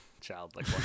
Childlike